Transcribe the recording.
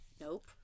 nope